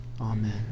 amen